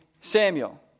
Samuel